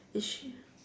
is she